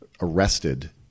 arrested